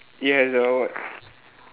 it has the what